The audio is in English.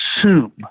assume